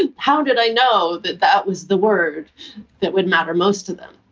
and how did i know that that was the word that would matter most to them?